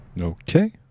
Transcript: Okay